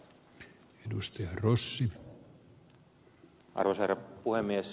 arvoisa herra puhemies